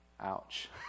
Ouch